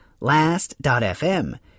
Last.fm